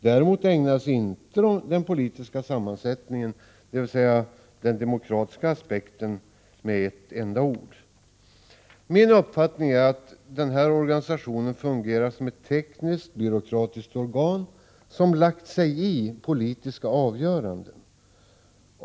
Däremot ägnades inte den politiska sammansättningen, dvs. den demokratiska aspekten, ett enda ord. Min uppfattning är att denna organisation fungerar som ett teknisktbyråkratiskt organ som lagt sig i politiska avgöranden.